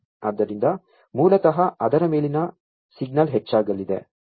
ಆದ್ದರಿಂದ ಮೂಲತಃ ಅದರ ಮೇಲಿನ ಸಿಗ್ನಲ್ ಹೆಚ್ಚಾಗಲಿದೆ